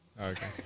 Okay